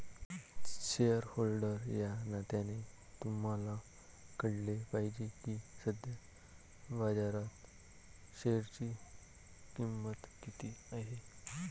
shareholder या नात्याने तुम्हाला कळले पाहिजे की सध्या बाजारात शेअरची किंमत किती आहे